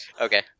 Okay